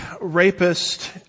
rapist